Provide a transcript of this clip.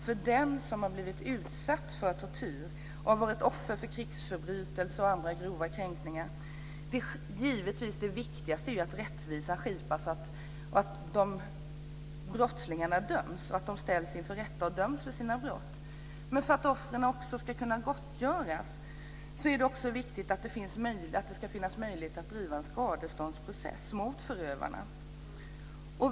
För den som har blivit utsatt för tortyr och har varit offer för krigsförbrytelser och andra grova kränkningar är naturligtvis det viktigaste att rättvisa skipas och att brottslingarna ställs inför rätta och döms för sina brott. Men för att offren ska kunna gottgöras är det också viktigt att det finns möjlighet att driva en skadeståndsprocess mot förövarna.